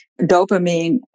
dopamine